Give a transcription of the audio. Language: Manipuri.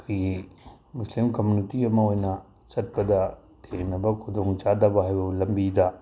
ꯑꯩꯈꯣꯏꯒꯤ ꯃꯨꯁꯂꯤꯝ ꯀꯝꯃꯨꯅꯤꯇꯤ ꯑꯃ ꯑꯣꯏꯅ ꯆꯠꯄꯗ ꯊꯦꯡꯅꯕ ꯈꯨꯗꯣꯡꯆꯥꯗꯕ ꯍꯥꯏꯕꯕꯨ ꯂꯝꯕꯤꯗ